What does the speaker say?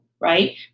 right